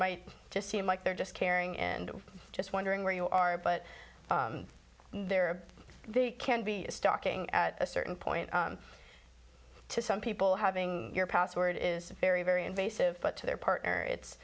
might just seem like they're just caring and just wondering where you are but there are the can be stocking at a certain point to some people having your password is very very invasive but to their partner it's